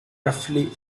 roughly